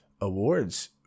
awards